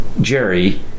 Jerry